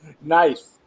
nice